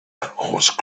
horse